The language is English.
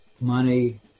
money